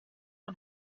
een